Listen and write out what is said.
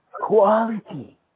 quality